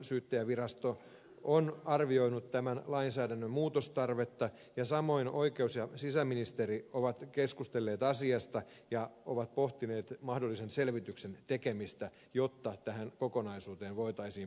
valtakunnansyyttäjävirasto on arvioinut tämän lainsäädännön muutostarvetta ja samoin oikeus ja sisäministeri ovat keskustelleet asiasta ja ovat pohtineet mahdollisen selvityksen tekemistä jotta tähän kokonaisuuteen voitaisiin puuttua